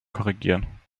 korrigieren